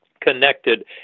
connected